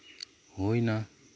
ᱦᱩᱭ ᱮᱱᱟ